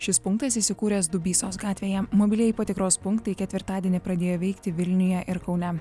šis punktas įsikūręs dubysos gatvėje mobilieji patikros punktai ketvirtadienį pradėjo veikti vilniuje ir kaune